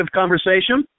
conversation